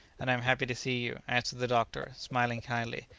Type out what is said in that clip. and am happy to see you, answered the doctor, smiling kindly.